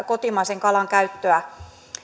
kotimaisen kalan käyttöä